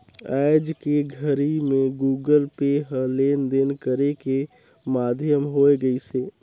आयज के घरी मे गुगल पे ह लेन देन करे के माधियम होय गइसे